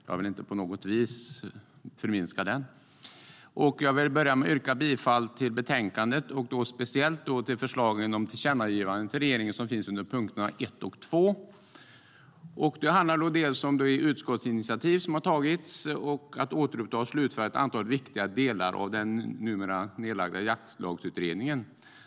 Jag vill inte på något vis förminska den. Det första är det utskottsinitiativ som har tagits för att återuppta och slutföra ett antal viktiga delar i den numera nedlagda Jaktlagsutredningen.